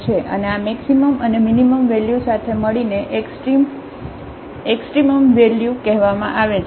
અને આ મેક્સિમમ અને મીનીમમ વેલ્યુ સાથે મળીને એક્સ્ટ્રીમમ વેલ્યુ કહેવામાં આવે છે